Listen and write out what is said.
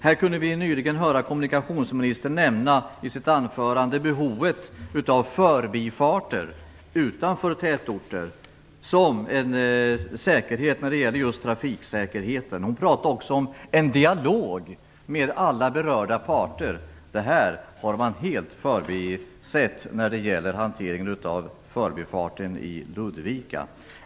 Här kunde vi nyligen höra kommunikationsministern i sitt anförande nämna behovet av förbifarter utanför tätorter som en möjlighet när det gäller just trafiksäkerheten. Hon talade också om en dialog med alla berörda parter. Det har man helt förbisett när det gäller hanteringen av förbifarten i Ludvika.